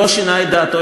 לא שינה את דעתו.